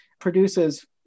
produces